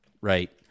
right